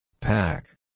Pack